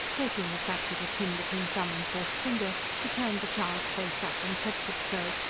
taking the fat little chin between thumb and first finger, he turned the child's face up and kept it so,